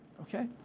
Okay